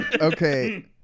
Okay